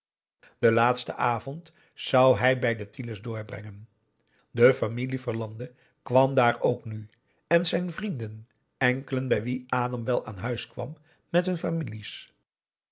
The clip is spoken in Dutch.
den laatsten avond zou hij bij de tiele's doorbrengen de familie verlande kwam daar ook nu en zijn vrienden enkelen bij wie adam wel aan huis kwam met hun families